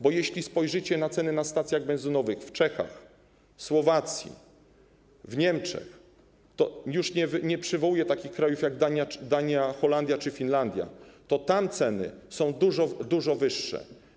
Bo jeśli spojrzycie na ceny na stacjach benzynowych w Czechach, Słowacji, w Niemczech, nie przywołuję takich krajów jak: Dania, Holandia czy Finlandia, to tam ceny są dużo, dużo wyższe.